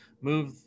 move